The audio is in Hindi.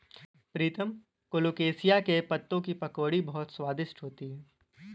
प्रीतम कोलोकेशिया के पत्तों की पकौड़ी बहुत स्वादिष्ट होती है